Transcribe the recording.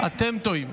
אתם טועים.